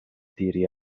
diri